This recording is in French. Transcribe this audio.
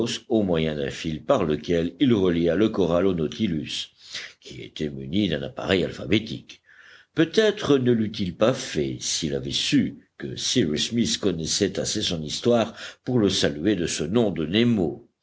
au moyen d'un fil par lequel il relia le corral au nautilus qui était muni d'un appareil alphabétique peut-être ne l'eût-il pas fait s'il avait su que cyrus smith connaissait assez son histoire pour le saluer de ce nom de nemo